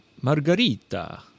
Margarita